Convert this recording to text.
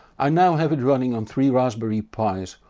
i now have it running on three raspberry pi's,